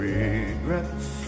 Regrets